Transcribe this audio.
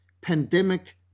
pandemic